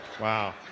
Wow